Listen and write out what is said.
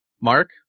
Mark